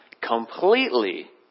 completely